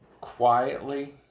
quietly